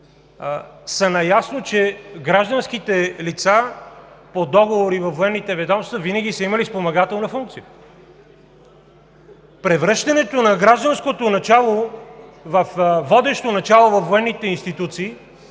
са наясно, че гражданските лица по договори във военните ведомства винаги са имали спомагателна функция. Превръщането на гражданското начало във водещо начало във военните институции